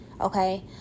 Okay